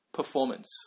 performance